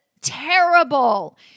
terrible